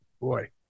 Boy